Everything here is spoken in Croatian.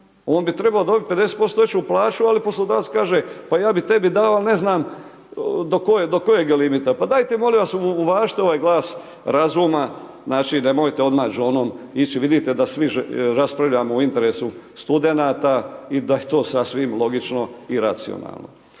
On bi trebao dobiti 50% veću plaću, ali poslodavac kaže, pa ja bi tebi dao, ali ne znam do kojeg limita. Pa, dajte, molim vas uvažite ovaj glas razuma. Znači, nemojte odmah džonom ići. Vidite, da svi raspravljamo u interesu studenata i da je to sasvim logično i racionalno.